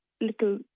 little